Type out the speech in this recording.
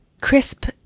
crisp